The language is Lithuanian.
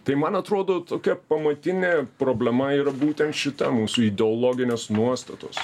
tai man atrodo tokia pamatinė problema yra būtent šita mūsų ideologinės nuostatos